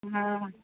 हँ